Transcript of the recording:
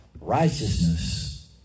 righteousness